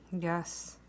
Yes